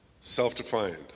self-defined